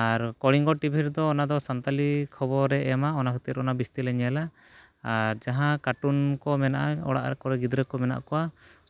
ᱟᱨ ᱠᱚᱞᱤᱝᱜᱚ ᱴᱤᱵᱷᱤ ᱨᱮᱫᱚ ᱚᱱᱟᱫᱚ ᱥᱟᱱᱛᱟᱲᱤ ᱠᱷᱚᱵᱚᱨᱮ ᱮᱢᱟ ᱚᱱᱟ ᱠᱷᱟᱹᱛᱤᱨ ᱚᱱᱟ ᱵᱤᱥᱛᱤ ᱞᱮ ᱧᱮᱞᱟ ᱟᱨ ᱡᱟᱦᱟᱸ ᱠᱟᱨᱴᱩᱱ ᱠᱚ ᱢᱮᱱᱟᱜᱼᱟ ᱚᱲᱟᱜ ᱠᱚᱨᱮ ᱜᱤᱫᱽᱨᱟᱹ ᱠᱚ ᱢᱮᱱᱟᱜ ᱠᱚᱣᱟ